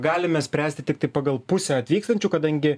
galime spręsti tiktai pagal pusę atvykstančių kadangi